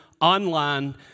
online